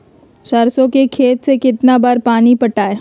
सरसों के खेत मे कितना बार पानी पटाये?